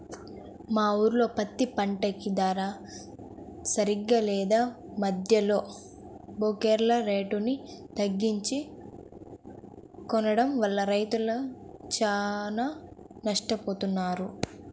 మా ఊర్లో పత్తి పంటకి ధర సరిగ్గా లేదు, మద్దెలో బోకర్లే రేటుని తగ్గించి కొనడం వల్ల రైతులు చానా నట్టపోతన్నారు